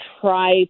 try